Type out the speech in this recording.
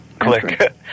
Click